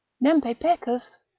nempe pecus,